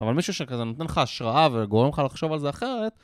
אבל מישהו שכזה נותן לך השראה וגורם לך לחשוב על זה אחרת...